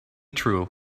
true